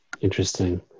Interesting